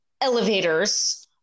elevators